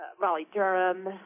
Raleigh-Durham